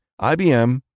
IBM